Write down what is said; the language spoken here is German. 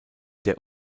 der